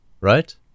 right